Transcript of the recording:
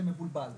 זה מבולבל,